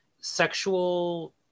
Sexual